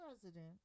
president